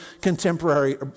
contemporary